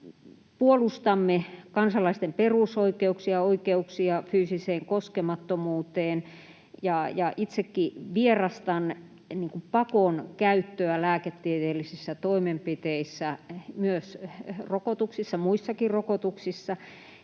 puolustamme kansalaisten perusoikeuksia, oikeuksia fyysiseen koskemattomuuteen — itsekin vierastan pakon käyttöä lääketieteellisissä toimenpiteissä, myös rokotuksissa,